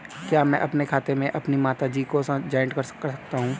क्या मैं अपने खाते में अपनी माता जी को जॉइंट कर सकता हूँ?